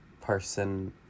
person